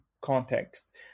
context